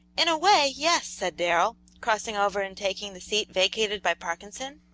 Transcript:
in a way, yes, said darrell, crossing over and taking the seat vacated by parkinson.